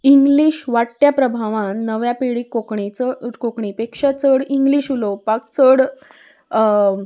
English वाडट्या प्रभावान नव्या पिडीक कोंकणीचो कोंकणी पेक्षा चड इंग्लिश उलोवपाक चड